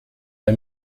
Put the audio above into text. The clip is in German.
bei